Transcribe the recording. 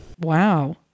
Wow